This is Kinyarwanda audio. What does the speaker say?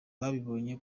babibonye